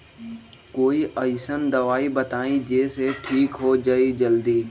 कोई अईसन दवाई बताई जे से ठीक हो जई जल्दी?